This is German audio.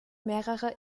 mehrerer